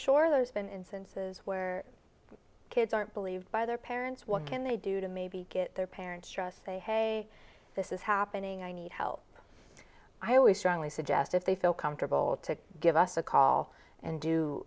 sure there's been instances where kids aren't believed by their parents what can they do to maybe get their parents just say hey this is happening i need help i always strongly suggest if they feel comfortable to give us a call and do